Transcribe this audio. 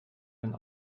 den